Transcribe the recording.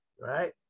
right